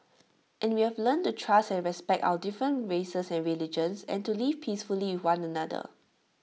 and we have learnt to trust and respect our different races and religions and to live peacefully one another